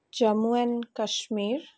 Jammu and Kashmir